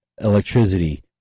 electricity